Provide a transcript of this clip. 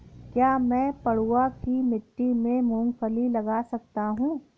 क्या मैं पडुआ की मिट्टी में मूँगफली लगा सकता हूँ?